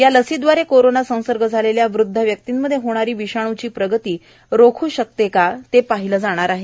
या लसीदवारे कोरोना संसर्ग झालेल्या वृद्ध व्यक्तींमध्ये होणारी विषाणूची प्रगती रोखू शकते का ते पाहिलं जाणार आहे